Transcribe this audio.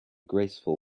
graceful